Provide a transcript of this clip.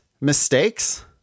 mistakes